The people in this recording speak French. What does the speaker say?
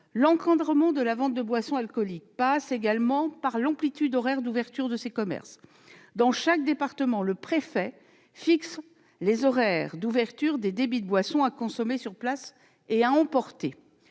L'encadrement de la vente de boissons alcooliques passe également par l'amplitude horaire d'ouverture de ces commerces. Dans chaque département, le préfet fixe les horaires d'ouverture des débits de boissons à consommer sur place et à emporter,